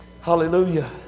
hallelujah